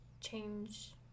change